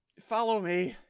follow me.